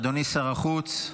אדוני שר החוץ,